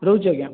ରହୁଛି ଆଜ୍ଞା